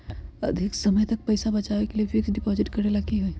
अधिक समय तक पईसा बचाव के लिए फिक्स डिपॉजिट करेला होयई?